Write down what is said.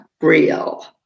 real